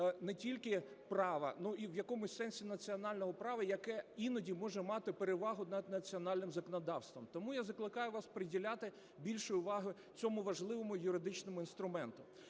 не тільки права, ну, і в якомусь сенсі національного права, яке іноді може мати перевагу над національним законодавством. Тому я закликаю вас приділяти більше уваги цьому важливому юридичному інструменту.